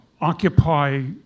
occupy